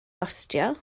gostio